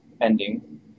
ending